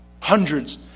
hundreds